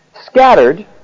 scattered